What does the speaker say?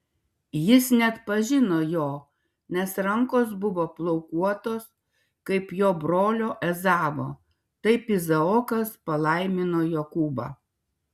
jis neatpažino jo nes rankos buvo plaukuotos kaip jo brolio ezavo taip izaokas palaimino jokūbą